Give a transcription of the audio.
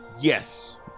Yes